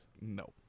No